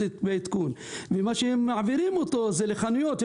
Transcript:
מעבירים אותו לחנויות.